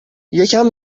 یکم